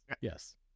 yes